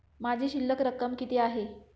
माझी शिल्लक रक्कम किती आहे?